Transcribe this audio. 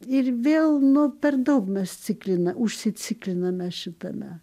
ir vėl nu per daug mes ciklina užsicikliname šitame